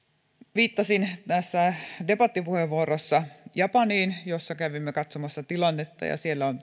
viittasin debattipuheenvuorossa japaniin jossa kävimme katsomassa tilannetta ja siellä on